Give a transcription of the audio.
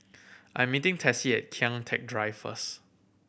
I meeting Tessie Kian Teck Drive first